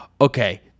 okay